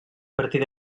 partir